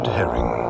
Herring